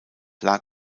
lag